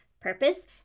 purpose